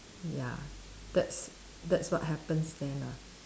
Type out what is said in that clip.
ya that's that's what happens then ah